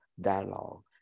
dialogue